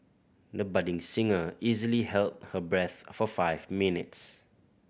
the budding singer easily held her breath for five minutes